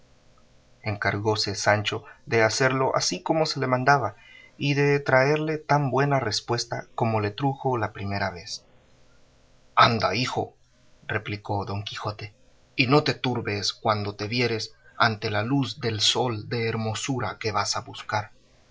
empresas encargóse sancho de hacerlo así como se le mandaba y de traerle tan buena respuesta como le trujo la vez primera anda hijo replicó don quijote y no te turbes cuando te vieres ante la luz del sol de hermosura que vas a buscar